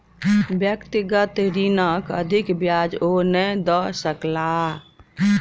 व्यक्तिगत ऋणक अधिक ब्याज ओ नै दय सकला